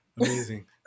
Amazing